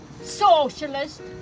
socialist